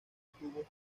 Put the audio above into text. tubos